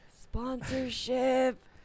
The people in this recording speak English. Sponsorship